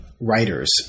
writers